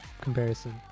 comparison